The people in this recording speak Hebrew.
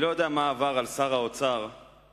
אני לא יודע מה עבר על שר האוצר כשקיבל